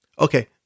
Okay